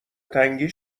تنگی